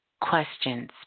Questions